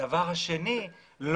הדבר השני זה